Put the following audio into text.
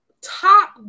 Top